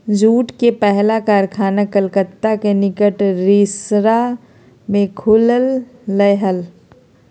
jute के पहला कारखाना कलकत्ता के निकट रिसरा में खुल लय हल